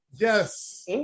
yes